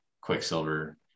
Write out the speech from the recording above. Quicksilver